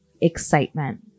excitement